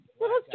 little